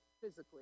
physically